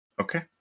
Okay